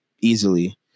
easily